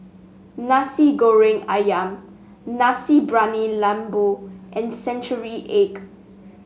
Nasi Goreng ayam Nasi Briyani Lembu and Century Egg